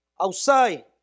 outside